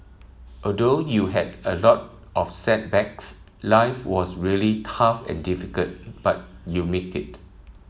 although you had a lot of setbacks life was really tough and difficult but you made it